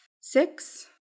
six